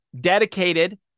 dedicated